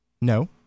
No